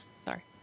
Sorry